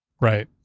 Right